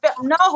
No